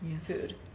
food